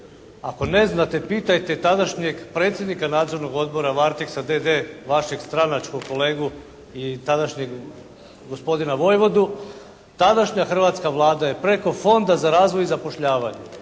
Ako ne znate, pitajte tadašnjeg predsjednika Nadzornog odbora "Varteksa" d.d., vašeg stranačkog kolegu i tadašnjeg gospodina Vojvodu. Tadašnja hrvatska Vlada je preko Fonda za razvoj i zapošljavanje